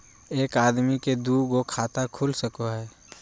एक आदमी के दू गो खाता खुल सको है?